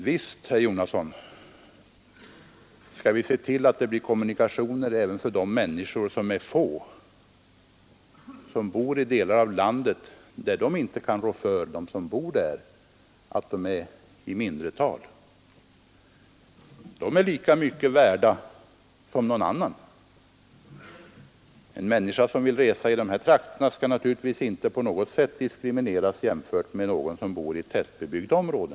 Visst skall vi, herr Jonasson, se till att det finns kommunikationer även i de delar av landet där männsikorna är få. De människorna är lika mycket värda som några andra. De i dessa trakter som behöver resa kollektivt skall naturligtvis inte diskrimineras jämfört med dem som bor i ett tätbebyggt område.